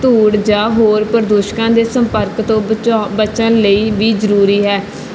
ਧੂੜ ਜਾਂ ਹੋਰ ਪ੍ਰਦੂਸ਼ਕਾਂ ਦੇ ਸੰਪਰਕ ਤੋਂ ਬਚਾਉਣ ਬਚਣ ਲਈ ਵੀ ਜ਼ਰੂਰੀ ਹੈ